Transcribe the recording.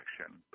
action